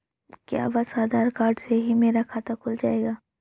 क्या बस आधार कार्ड से ही मेरा खाता खुल जाएगा?